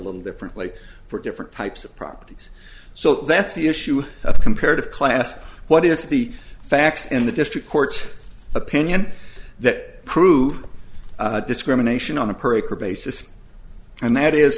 little differently for different types of properties so that's the issue of comparative class what is the facts in the district court opinion that prove discrimination on a per acre basis and that is